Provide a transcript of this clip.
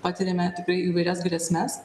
patiriame tikrai įvairias grėsmes